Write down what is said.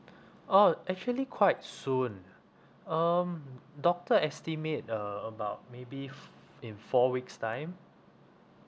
oh actually quite soon um doctor estimate uh about maybe f~ in four weeks time